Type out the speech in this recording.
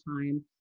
time